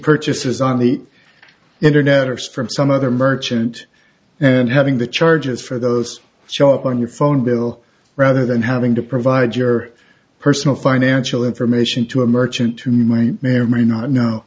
purchases on the internet or so from some other merchant and having the charges for those show up on your phone bill rather than having to provide your personal financial information to a merchant to my i may or may not know